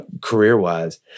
career-wise